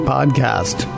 Podcast